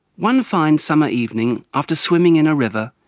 one fine summer evening after swimming in a river,